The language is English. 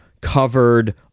covered